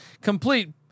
complete